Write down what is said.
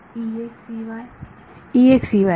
विद्यार्थी